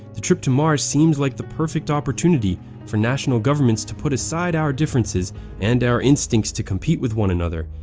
the trip to mars seems like the perfect opportunity for national governments to put aside our differences and our instincts to compete with each and other,